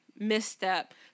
misstep